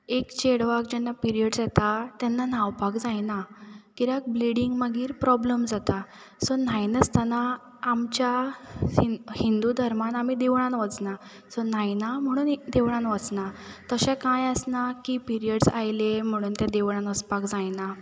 एक चेडवाक जेन्ना पिरयड्स येतात तेन्ना न्हांवपाक जायना कित्याक ब्लिडींग मागीर प्रॉब्लम जाता सो न्हांय नासतना आमच्या हिंद हिंदू धर्मान आमी देवळांत वचनात सो न्हांयना म्हुणून ई देवळांत वचनात तशें कांय आसना की पिरयड्स आयले म्हणून ते देवळान वचपाक जायना